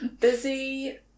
Busy